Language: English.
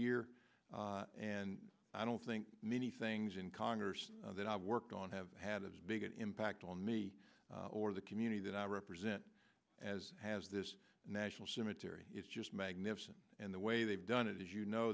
year and i don't think many things in congress that i've worked on have had as big an impact on me or the community that i represent as has this national cemetery is just magnificent and the way they've done it is you know